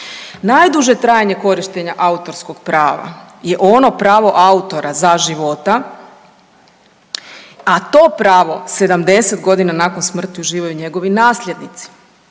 Najduže trajanje korištenja autorskog prava je ono pravo autora za života, a to pravo 70 godina nakon smrti uživaju njegovi nasljednici.